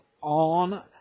on